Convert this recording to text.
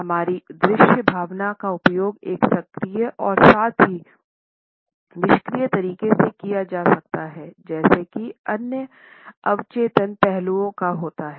हमारी दृश्य भावना का उपयोग एक सक्रिय और साथ ही निष्क्रिय तरीके से किया जा सकता है जैसे की अन्य अवचेतन पहलुओं का होता है